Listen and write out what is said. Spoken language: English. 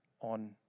on